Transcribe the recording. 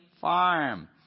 farm